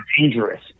dangerous